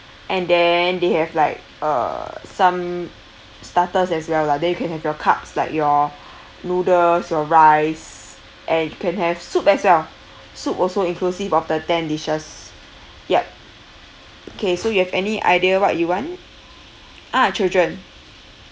and then they have like uh some starters as well lah then you can have your carbs like your noodles or rice and you can have soup as well soup also inclusive of the ten dishes yup okay so you have any idea what you want ah children